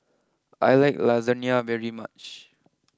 I like Lasagna very much